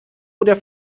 oder